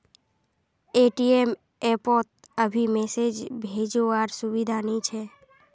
ATM app पोत अभी message भेजो वार सुविधा नी छे